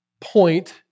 point